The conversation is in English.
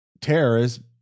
terrorists